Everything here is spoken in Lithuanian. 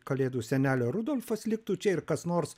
kalėdų senelio rudolfas liktų čia ir kas nors